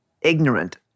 ignorant